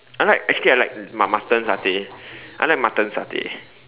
I like actually I like mu~ mutton satay I like mutton satay